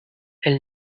elle